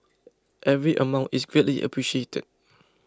every amount is greatly appreciated